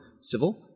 civil